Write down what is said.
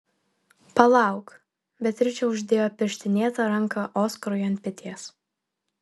palauk beatričė uždėjo pirštinėtą ranką oskarui ant peties